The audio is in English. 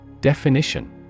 definition